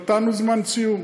נתנו זמן סיום,